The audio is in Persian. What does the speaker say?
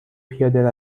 پیاده